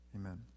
Amen